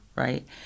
Right